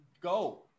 go